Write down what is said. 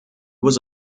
was